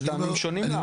יש טעמים שונים להארכה.